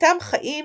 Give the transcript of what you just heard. מרביתם חיים